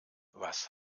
was